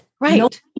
Right